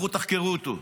לכו תחקרו אותו.